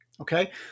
okay